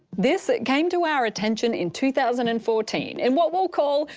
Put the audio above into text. this came to our attention in two thousand and fourteen in what we'll call.